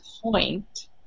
point